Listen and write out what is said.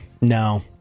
no